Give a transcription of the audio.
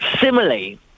Similarly